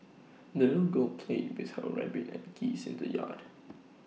the little girl played with her rabbit and geese in the yard